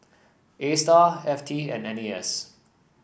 Astar F T and N A S